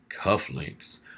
Cufflinks